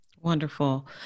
Wonderful